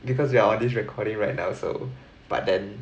because we are on this recording right now so but then